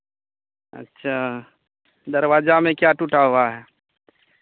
अच्छा दरवाजा में क्या टूटा हुआ है